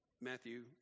Matthew